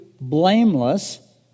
blameless